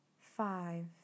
five